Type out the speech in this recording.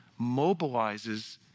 mobilizes